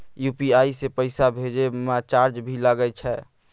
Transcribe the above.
UPI से पैसा भेजै म चार्ज भी लागे छै?